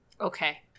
okay